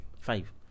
five